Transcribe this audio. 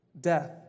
death